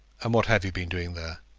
and what have you been doing there?